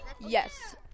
Yes